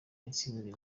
intsinzi